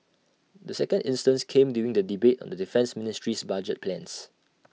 the second instance came during the debate on the defence ministry's budget plans